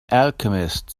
alchemist